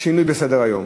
שינוי בסדר-היום.